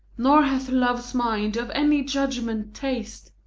nor hath love's mind of any judgment taste